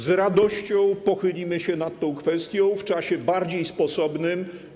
Z radością pochylimy się nad tą kwestią w czasie bardziej sposobnym.